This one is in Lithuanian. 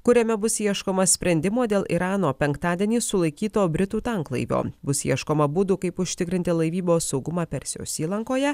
kuriame bus ieškoma sprendimo dėl irano penktadienį sulaikyto britų tanklaivio bus ieškoma būdų kaip užtikrinti laivybos saugumą persijos įlankoje